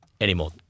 anymore